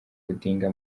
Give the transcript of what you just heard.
odinga